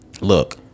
Look